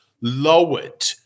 lowered